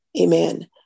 Amen